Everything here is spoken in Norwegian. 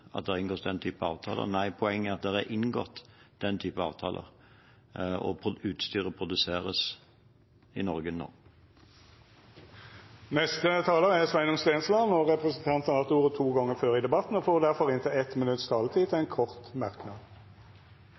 at det inngås den type avtaler. Nei, poenget er at det er inngått den type avtaler, og utstyret produseres i Norge nå. Representanten Sveinung Stensland har hatt ordet to gonger tidlegare og får ordet til ein kort merknad, avgrensa til